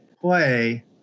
play